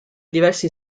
diversi